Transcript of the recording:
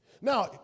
Now